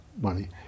money